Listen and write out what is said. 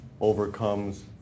overcomes